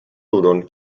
ludon